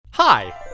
Hi